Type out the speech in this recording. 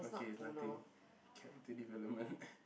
okay it's nothing character development